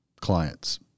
clients